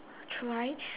try